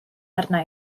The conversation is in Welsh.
arna